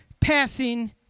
passing